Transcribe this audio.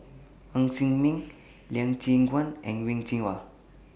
Ng Ser Miang Lee Choon Guan and Wen Jinhua